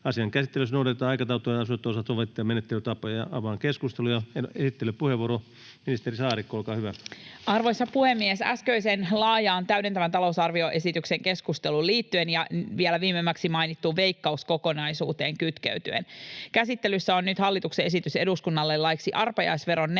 Asian käsittelyssä noudatetaan aikataulutettujen asioitten osalta sovittuja menettelytapoja. — Avaan keskustelun. Esittelypuheenvuoro, ministeri Saarikko, olkaa hyvä. Arvoisa puhemies! Äskeiseen laajaan täydentävän talousarvioesityksen keskusteluun liittyen ja vielä viimemmäksi mainittuun Veikkaus-kokonaisuuteen kytkeytyen: Käsittelyssä on nyt hallituksen esitys eduskunnalle laiksi arpajaisverolain